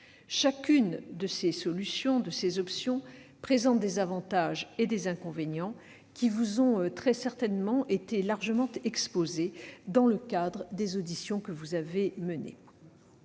de ces options, présente des avantages et des inconvénients qui vous ont très certainement été largement exposés dans le cadre des auditions que vous avez menées.